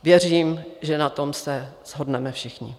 Věřím, že na tom se shodneme všichni.